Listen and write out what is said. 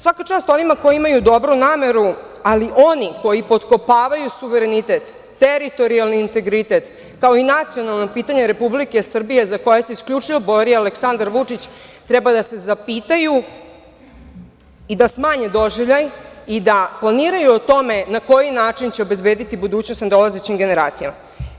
Svaka čast onima koji imaju dobru nameru, ali oni koji potkopavaju suverenitet, terotirijalni integrite, kao i nacionalna pitanja Republike Srbije za koja se isključivo bori Aleksandar Vučić, treba da se zapitaju i da smanje doživljaj i da planiraju o tome na koji način će obezbediti budućnost nadolazećim generacijama.